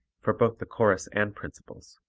for both the chorus and principals.